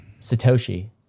Satoshi